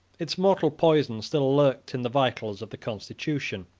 its mortal poison still lurked in the vitals of the constitution.